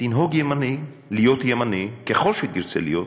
להיות ימני, ככל שתרצה להיות,